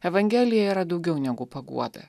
evangelija yra daugiau negu paguoda